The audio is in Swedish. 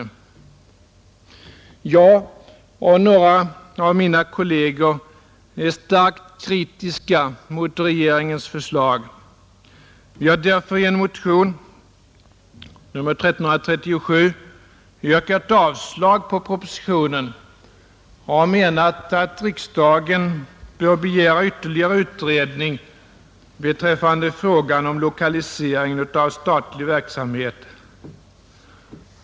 Jag och några av mina kolleger är starkt kritiska mot regeringens förslag. Vi har därför i en motion — nr 1337 — yrkat avslag på propositionen och menat att riksdagen bör begära ytterligare utredning beträffande frågan om lokalisering av statlig verksamhet.